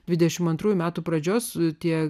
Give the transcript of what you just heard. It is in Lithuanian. dvidešim antrųjų metų pradžios tie